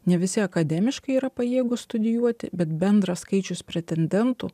ne visi akademiškai yra pajėgūs studijuoti bet bendras skaičius pretendentų